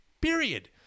period